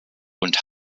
und